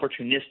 opportunistic